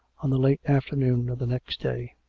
on the late after noon of the next day.